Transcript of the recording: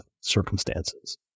circumstances